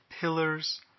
pillars